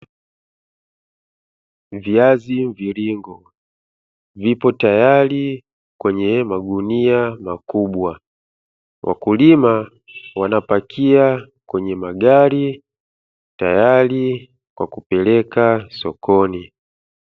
Viazi mviringo vipo tayari kwenye magunia makubwa, wakulima wanapakia kwenye magari tayari kwa kupeleka sokoni.